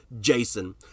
Jason